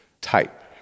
type